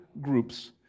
groups